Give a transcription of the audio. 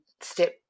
step